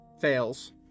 fails